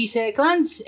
seconds